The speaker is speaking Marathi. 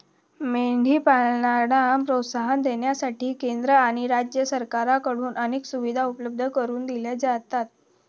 मेंढी पालनाला प्रोत्साहन देण्यासाठी केंद्र आणि राज्य सरकारकडून अनेक सुविधा उपलब्ध करून दिल्या जातात